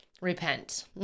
repent